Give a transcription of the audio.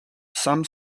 some